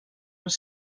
els